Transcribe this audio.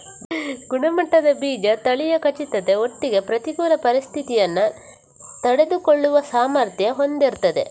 ಗುಣಮಟ್ಟದ ಬೀಜ ತಳಿಯ ಖಚಿತತೆ ಒಟ್ಟಿಗೆ ಪ್ರತಿಕೂಲ ಪರಿಸ್ಥಿತಿಯನ್ನ ತಡೆದುಕೊಳ್ಳುವ ಸಾಮರ್ಥ್ಯ ಹೊಂದಿರ್ತದೆ